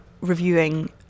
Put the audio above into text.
reviewing